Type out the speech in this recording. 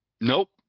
Nope